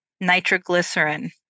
nitroglycerin